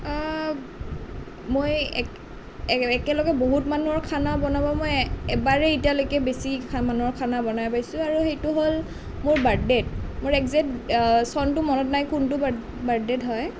মই এক একে একলগে বহুত মানুহৰ খানা বনাব মই এবাৰেই এতিয়ালৈকে বেছি মানুহৰ খানা বনাই পাইছোঁ আৰু সেইটো হ'ল মোৰ বাৰ্ডদেত মোৰ একজেক্ট চনটো মনত নাই কোনটো বাৰ্ড বাৰ্ডদেত হয়